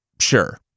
Sure